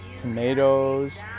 tomatoes